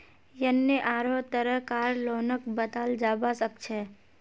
यन्ने आढ़ो तरह कार लोनक बताल जाबा सखछे